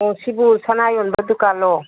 ꯑꯣ ꯁꯤꯕꯨ ꯁꯅꯥ ꯌꯣꯟꯕ ꯗꯨꯀꯥꯟꯂꯣ